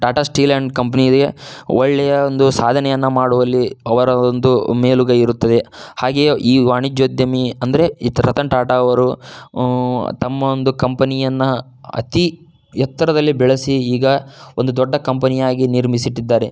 Tata steel and ಕಂಪ್ನಿಗೆ ಒಳ್ಳೆಯ ಒಂದು ಸಾಧನೆಯನ್ನು ಮಾಡುವಲ್ಲಿ ಅವರ ಒಂದು ಮೇಲುಗೈ ಇರುತ್ತದೆ ಹಾಗೆಯೇ ಈ ವಾಣಿಜ್ಯೋದ್ಯಮಿ ಅಂದರೆ ಈ ರತನ್ ಟಾಟಾ ಅವರು ತಮ್ಮ ಒಂದು ಕಂಪನಿಯನ್ನು ಅತಿ ಎತ್ತರದಲ್ಲಿ ಬೆಳೆಸಿ ಈಗ ಒಂದು ದೊಡ್ಡ ಕಂಪನಿಯಾಗಿ ನಿರ್ಮಿಸಿಟ್ಟಿದ್ದಾರೆ